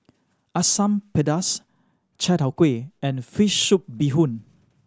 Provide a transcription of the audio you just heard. Asam Pedas Chai Tow Kuay and fish soup bee hoon